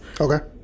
okay